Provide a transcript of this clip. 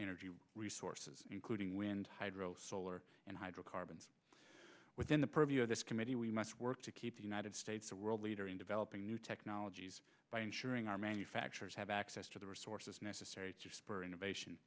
energy resources including wind hydro solar and hydro carbons within the purview of this committee we must work to keep the united states a world leader in developing new technologies by ensuring our manufacturers have access to the resources necessary to spur innovation